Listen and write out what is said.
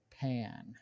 pan